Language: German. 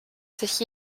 sich